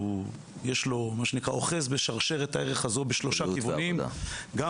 הוא אוחז בשרשרת הערך הזו בשלושה כיוונים,